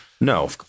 No